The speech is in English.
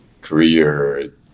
career